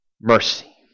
mercy